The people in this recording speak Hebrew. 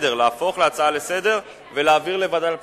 לסדר-היום ולהעביר אותה לוועדת הפנים.